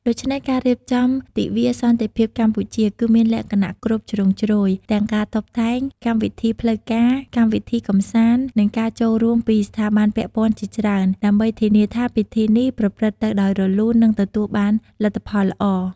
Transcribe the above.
ដូចនេះ ការរៀបចំទិវាសន្តិភាពកម្ពុជា គឺមានលក្ខណៈគ្រប់ជ្រុងជ្រោយ ទាំងការតុបតែង កម្មវិធីផ្លូវការ កម្មវិធីកម្សាន្ត និងការចូលរួមពីស្ថាប័នពាក់ព័ន្ធជាច្រើន ដើម្បីធានាថាពិធីនេះប្រព្រឹត្តទៅដោយរលូន និងទទួលបានលទ្ធផលល្អ។